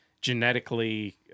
genetically